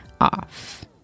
off